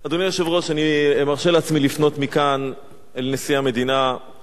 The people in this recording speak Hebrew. אני מרשה לעצמי לפנות מכאן אל נשיא המדינה מר שמעון פרס: